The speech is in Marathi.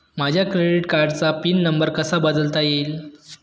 माझ्या क्रेडिट कार्डचा पिन नंबर कसा बदलता येईल?